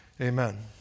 Amen